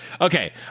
okay